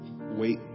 wait